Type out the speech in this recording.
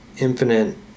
infinite